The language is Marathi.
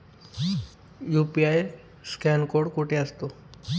यु.पी.आय स्कॅन कोड कुठे असतो?